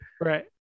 Right